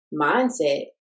mindset